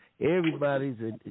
Everybody's